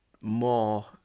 more